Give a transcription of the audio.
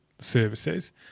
services